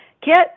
Kit